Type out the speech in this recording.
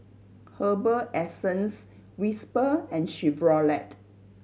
Herbal Essence Whisper and Chevrolet